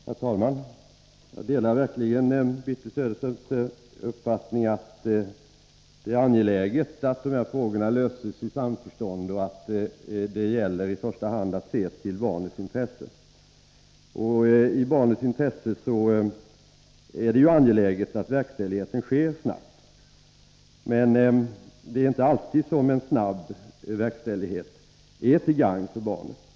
Herr talman! Jag delar verkligen Birthe Sörestedts uppfattning att det är angeläget att de här frågorna löses i samförstånd och att det i första hand gäller att se till barnens intressen. I barnens intresse är det också viktigt att verkställigheten sker snabbt. Men det är inte alltid som en snabb verkställighet är till gagn för barnet.